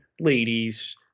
ladies